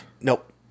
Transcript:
Nope